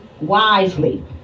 wisely